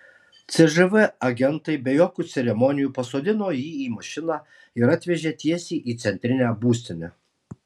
cžv agentai be jokių ceremonijų pasodino jį į mašiną ir atvežė tiesiai į centrinę būstinę